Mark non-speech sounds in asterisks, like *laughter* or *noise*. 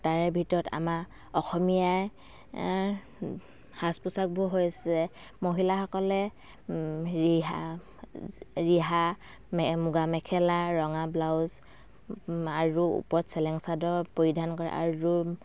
তাৰ ভিতৰত আমাৰ অসমীয়াই সাজ পোছাকবোৰ হৈছে মহিলাসকলে ৰিহা *unintelligible* ৰিহা মে মুগা মেখেলা ৰঙা ব্লাউজ আৰু ওপৰত চেলেং চাদৰ পৰিধান কৰে আৰু